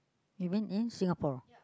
even in Singapore